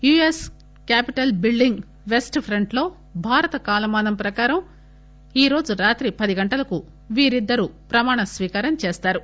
US Capitol building west front లో భారత కాలమానం ప్రకారం ఈరోజు రాత్రి పది గంటలకు వీరిద్దరూ ప్రమాణ స్వీకారం చేస్తారు